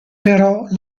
però